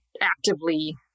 actively